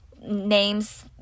names